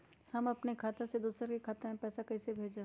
हम अपने खाता से दोसर के खाता में पैसा कइसे भेजबै?